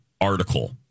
article